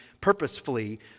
purposefully